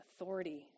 authority